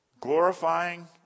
glorifying